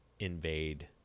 invade